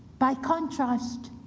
by contrast,